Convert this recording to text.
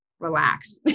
relax